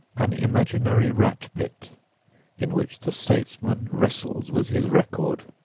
an imaginary rat-pit in which the statesman wrestles with his record.